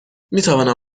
میتوانم